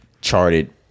charted